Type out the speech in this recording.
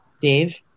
Dave